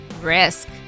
risk